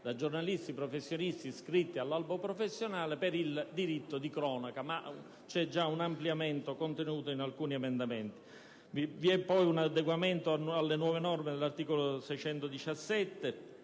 maggioranza - professionisti iscritti all'albo professionale nell'esercizio del diritto di cronaca. Esiste, però, già un ampliamento contenuto in alcuni emendamenti. Vi è poi un adeguamento alle nuove norme dell'articolo 617